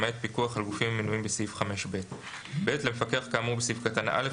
למעט פיקוח על גופים המנויים בסעיף 5ב. (ב)למפקח כאמור בסעיף קטן (א)